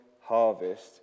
harvest